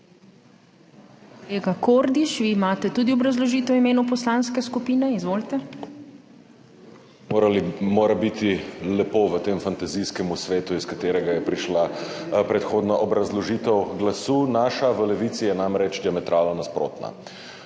Kordiš, vi imate tudi obrazložitev v imenu poslanske skupine? Izvolite. **MIHA KORDIŠ (PS Levica):** Mora biti lepo v tem fantazijskem svetu, iz katerega je prišla predhodna obrazložitev glasu. Naša v Levici je namreč diametralno nasprotna.